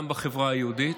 גם בחברה היהודית.